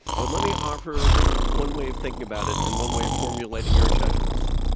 but let me offer one way of thinking about it, and one way of formulating your judgments.